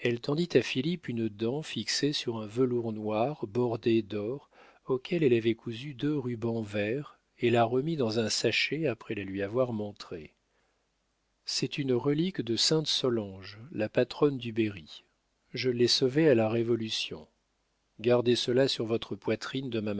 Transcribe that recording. elle tendit à philippe une dent fixée sur un velours noir brodé d'or auquel elle avait cousu deux rubans verts et la remit dans un sachet après la lui avoir montrée c'est une relique de sainte solange la patronne du berry je l'ai sauvée à la révolution gardez cela sur votre poitrine demain